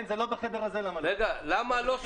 זה לא בחדר הזה, למה לא.